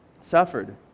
suffered